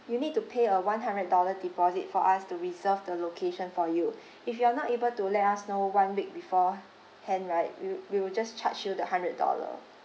you need to pay a one hundred dollar deposit for us to reserve the location for you if you are not able to let us know one week beforehand right we wi~ we will just charge you the hundred dollar